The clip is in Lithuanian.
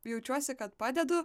jaučiuosi kad padedu